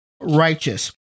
righteous